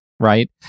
right